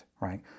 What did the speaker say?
right